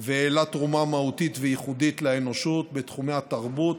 והעלה תרומה מהותית וייחודית לאנושות בתחומי התרבות,